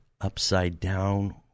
upside-down